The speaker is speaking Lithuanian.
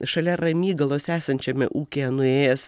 šalia ramygalos esančiame ūkyje nuėjęs